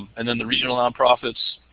and then the regional nonprofits.